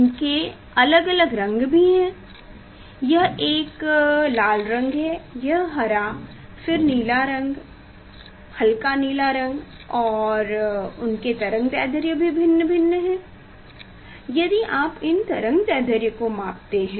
इनके अलग अलग रंग भी हैं यह एक लाल रंग है यह हरा फिर नीला रंग हल्का नीला रंग और उनकी तरंग दैर्ध्य भी भिन्न है यदि आप इन तरंगदैर्ध्य को मापते हैं